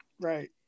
right